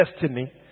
destiny